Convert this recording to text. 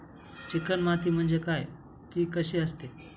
Chicken माती म्हणजे काय? ति कशी असते?